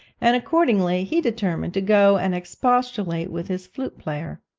and accordingly he determined to go and expostulate with his flute-player.